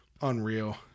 unreal